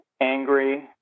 angry